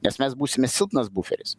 nes mes būsime silpnas buferis